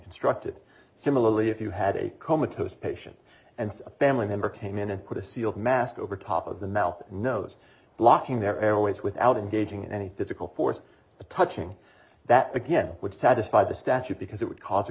constructed similarly if you had a comatose patient and a family member came in and put a sealed mask over top of the mouth nose blocking their airways without engaging in any physical force the touching that again would satisfy the statute because it would cause a